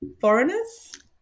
foreigners